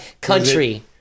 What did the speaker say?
country